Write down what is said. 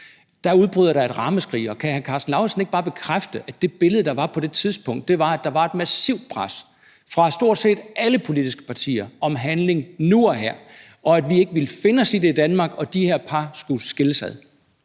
udbryder der et ramaskrig. Kan hr. Karsten Lauritzen ikke bare bekræfte, at det billede, der var på det tidspunkt, var, at der fra stort set alle politiske partier var et massivt pres om handling nu og her, og at vi ikke ville finde os i det i Danmark, og at de her par skulle skilles ad?